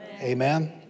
Amen